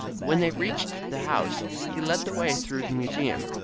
when they reached the house he led the way through the museum.